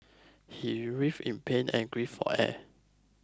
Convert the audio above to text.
he writhed in pain and gasped for air